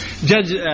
Judge